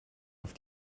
auf